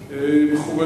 הראשית,